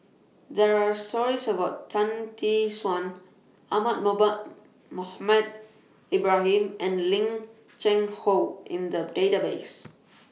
There Are stories about Tan Tee Suan Ahmad Mohamed Ibrahim and Lim Cheng Hoe in The Database